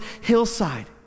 hillside